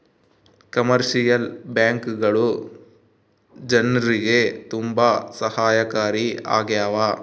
commercial ಬ್ಯಾಂಕ್ಗಳು ಜನ್ರಿಗೆ ತುಂಬಾ ಸಹಾಯಕಾರಿ ಆಗ್ಯಾವ